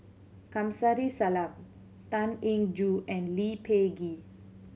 Kamsari Salam Tan Eng Joo and Lee Peh Gee